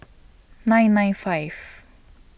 nine nine five